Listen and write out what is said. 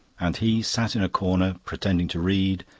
and he sat in a corner, pretending to read,